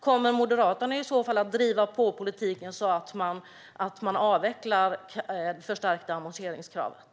Kommer Moderaterna i så fall att driva på politiken så att man avvecklar det förstärkta amorteringskravet?